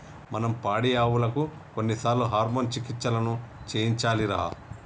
మనం పాడియావులకు కొన్నిసార్లు హార్మోన్ చికిత్సలను చేయించాలిరా